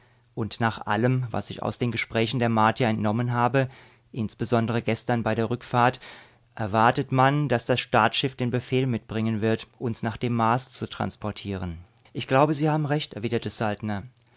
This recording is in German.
und nach allem was ich aus den gesprächen der martier entnommen habe insbesondere gestern bei der rückfahrt erwartet man daß das staatsschiff den befehl mitbringen wird uns nach dem mars zu transportieren ich glaube sie haben recht erwiderte